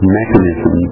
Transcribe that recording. mechanism